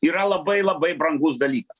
yra labai labai brangus dalykas